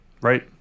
right